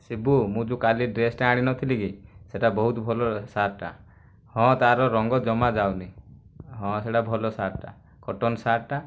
ଶିବୁ ମୁଁ ଯୋଉ କାଲି ଡ୍ରେସ୍ଟା ଆଣି ନ ଥିଲି କି ସେଟା ବହୁତ ଭଲ ସାର୍ଟଟା ହଁ ତା'ର ରଙ୍ଗ ଜମା ଯାଉନି ହଁ ସେଟା ଭଲ ସାର୍ଟଟା କଟନ୍ ସାର୍ଟଟା